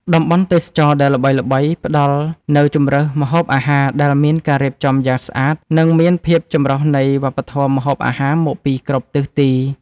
តំបន់ទេសចរណ៍ដែលល្បីៗ ផ្ដល់នូវជម្រើសម្ហូបអាហារដែលមានការរៀបចំយ៉ាងស្អាត និងមានភាពចម្រុះនៃវប្បធម៌ម្ហូបអាហារមកពីគ្រប់ទិសទី។